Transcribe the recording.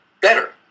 better